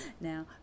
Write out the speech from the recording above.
Now